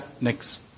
next